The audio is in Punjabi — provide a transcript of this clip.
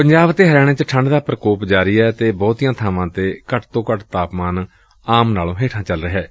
ਪੰਜਾਬ ਅਤੇ ਹਰਿਆਣੇ ਚ ਠੰਢ ਦਾ ਪਰਕੋਪ ਜਾਰੀ ਏ ਅਤੇ ਬਹੁਤੀਆਂ ਬਾਵਾਂ ਤੇ ਘੱਟ ਤੋਂ ਘੱਟ ਤਾਪਮਾਨ ਆਮ ਨਾਲੋਂ ਹੇਠਾਂ ਚੱਲ ਰਿਹੈ